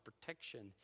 protection